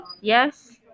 Yes